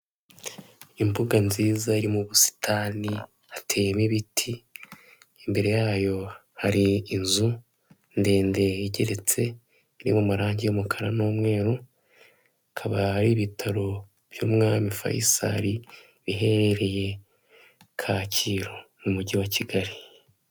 Imbuga nziza yo mu busitani hateyemo ibiti, imbere yayo hari inzu ndende igeretse iri mu marangi y'umukara n'umweru, akaba ari ibitaro by'umwami fayisari biherereye Kacyiru mu mujyi wa Kigali.